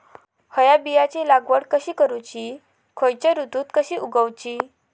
हया बियाची लागवड कशी करूची खैयच्य ऋतुत कशी उगउची?